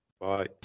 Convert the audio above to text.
bye